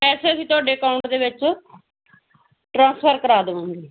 ਪੈਸੇ ਵੀ ਤੁਹਾਡੇ ਅਕਾਊਂਟ ਦੇ ਵਿੱਚ ਟਰਾਂਸਫਰ ਕਰਵਾ ਦਵਾਂਗੇ